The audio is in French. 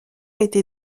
été